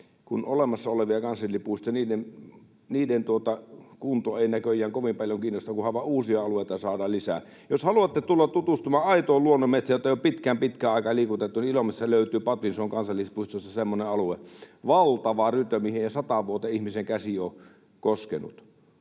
että olemassa olevien kansallispuistojen kunto ei näköjään kovin paljon kiinnosta, kunhan vain uusia alueita saadaan lisää. Jos haluatte tulla tutustumaan aitoon luonnonmetsään, jota ei ole pitkään pitkään aikaan liikutettu, Ilomantsissa löytyy Patvinsuon kansallispuistosta semmoinen alue. Valtava rytö, mihin ei sataan vuoteen ihmisen käsi ole koskenut.